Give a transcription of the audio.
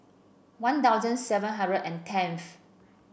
One Thousand seven hundred and tenth